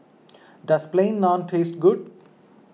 does Plain Naan taste good